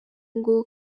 ngo